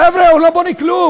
חבר'ה, הוא לא בונה כלום,